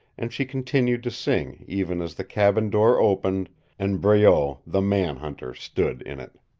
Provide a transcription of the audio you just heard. and she continued to sing even as the cabin door opened and breault the man-hunter stood in it.